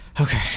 Okay